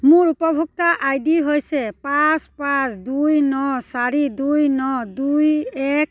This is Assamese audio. মোৰ উপভোক্তা আই ডি হৈছে পাঁচ পাঁচ দুই ন চাৰি দুই ন দুই এক